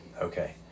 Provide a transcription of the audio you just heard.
Okay